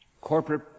corporate